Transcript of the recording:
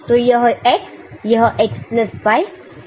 तो यह x यह x प्लस y और x प्लस z है